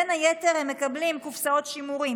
בין היתר הם מקבלים קופסאות שימורים,